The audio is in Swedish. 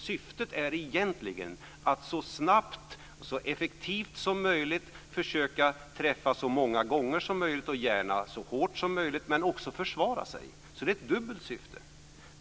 Syftet är egentligen är att så snabbt och effektivt som möjligt försöka träffa så många gånger som möjligt och gärna så hårt som möjligt men också försvara sig. Så det är ett dubbelt syfte.